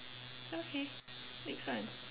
okay next one